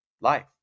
life